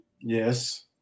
Yes